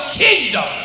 kingdom